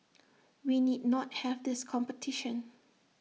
we need not have this competition